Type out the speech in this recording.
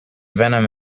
venom